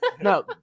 No